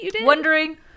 wondering